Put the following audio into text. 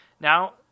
Now